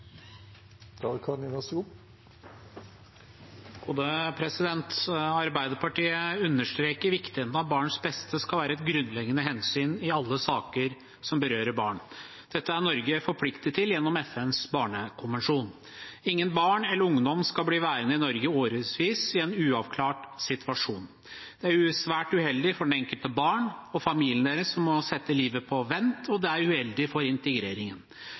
Arbeiderpartiet understreker viktigheten av at barns beste skal være et grunnleggende hensyn i alle saker som berører barn. Dette er Norge forpliktet til gjennom FNs barnekonvensjon. Ingen barn eller ungdom skal bli værende i Norge i årevis i en uavklart situasjon. Det er svært uheldig for det enkelte barn og familien deres, som må sette livet på vent, og det er uheldig for integreringen.